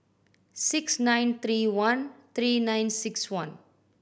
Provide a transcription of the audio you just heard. six nine three one three nine six one